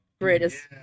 Greatest